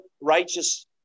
righteous